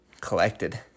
Collected